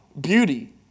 beauty